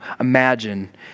imagine